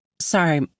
sorry